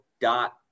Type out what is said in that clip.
dot